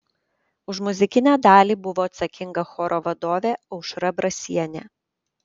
už muzikinę dalį buvo atsakinga choro vadovė aušra brasienė